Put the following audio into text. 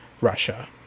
Russia